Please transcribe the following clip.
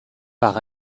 par